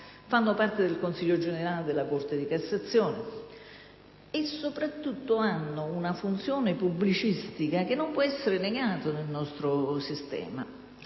dunque parte del Consiglio generale della Corte di cassazione e soprattutto hanno una funzione pubblicistica che non può essere negata nel nostro sistema.